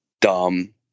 dumb